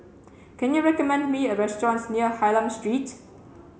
can you recommend me a restaurant near Hylam Street